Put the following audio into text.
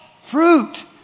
fruit